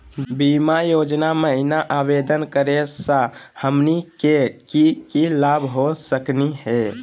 बीमा योजना महिना आवेदन करै स हमनी के की की लाभ हो सकनी हे?